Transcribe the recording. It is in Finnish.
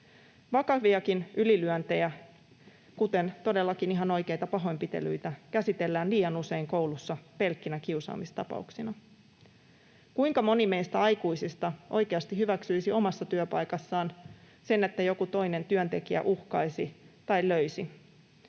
Vakaviakin ylilyöntejä, kuten todellakin ihan oikeita pahoinpitelyitä, käsitellään koulussa liian usein pelkkinä kiusaamistapauksina. Kuinka moni meistä aikuisista oikeasti hyväksyisi omassa työpaikassaan sen, että joku toinen työntekijä uhkaisi tai löisi?